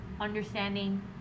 understanding